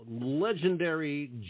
legendary